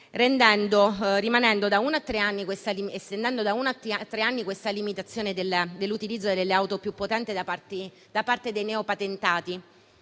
da uno a tre anni della limitazione nell'utilizzo delle auto più potenti da parte dei neopatentati,